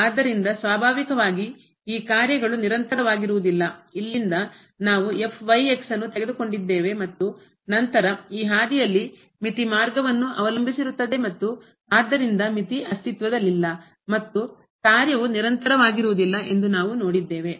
ಆದ್ದರಿಂದ ಸ್ವಾಭಾವಿಕವಾಗಿ ಈ ಕಾರ್ಯಗಳು ನಿರಂತರವಾಗಿರುವುದಿಲ್ಲ ಇಲ್ಲಿಂದ ನಾವು ನ್ನು ತೆಗೆದುಕೊಂಡಿದ್ದೇವೆ ಮತ್ತು ನಂತರ ಈ ಹಾದಿಯಲ್ಲಿ ಮಿತಿ ಮಾರ್ಗವನ್ನು ಅವಲಂಬಿಸಿರುತ್ತದೆ ಮತ್ತು ಆದ್ದರಿಂದ ಮಿತಿ ಅಸ್ತಿತ್ವದಲ್ಲಿಲ್ಲ ಮತ್ತು ಕಾರ್ಯವು ನಿರಂತರವಾಗಿರುವುದಿಲ್ಲ ಎಂದು ನಾವು ನೋಡಿದ್ದೇವೆ